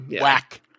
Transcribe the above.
whack